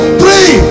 three